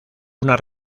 una